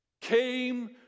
came